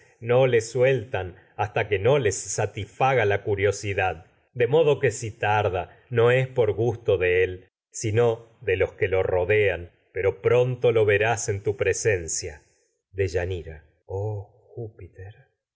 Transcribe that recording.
enterarse le sueltan hasta que que les satisfaga la curiosidad de modo gusto de él en si tarda no es por sino de los que le rodean pero pronto lo verás tu presencia dbyanira oh júpiter